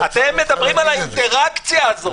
אתם מדברים על האינטראקציה הזאת.